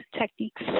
techniques